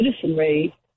citizenry